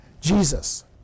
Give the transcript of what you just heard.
Jesus